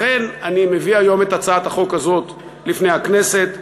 לכן אני מביא היום את הצעת החוק הזאת לפני הכנסת.